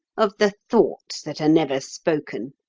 of the thoughts that are never spoken?